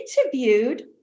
interviewed